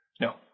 No